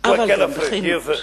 אבל גם בכנות,